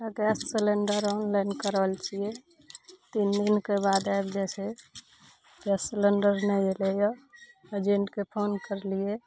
तऽ gas cylinder online करल छियै तीन दिनके बाद आबि जाइ छै गैस सिलिण्डर नहि एलइए एजेंटके फोन करलियै